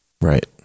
right